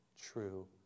true